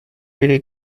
really